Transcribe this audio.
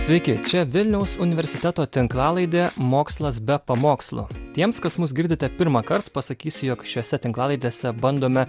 sveiki čia vilniaus universiteto tinklalaidė mokslas be pamokslų tiems kas mus girdite pirmąkart pasakysiu jog šiose tinklalaidėse bandome